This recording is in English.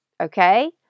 Okay